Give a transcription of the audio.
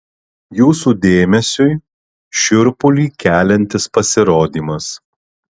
jūsų dėmesiui šiurpulį keliantis pasirodymas